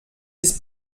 ist